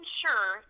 sure